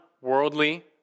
worldly